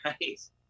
Nice